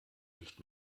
nicht